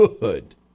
good